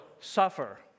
suffer